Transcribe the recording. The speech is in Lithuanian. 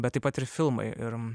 bet taip pat ir filmai ir